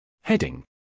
Heading